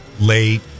late